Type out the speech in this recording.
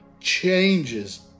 changes